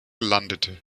landete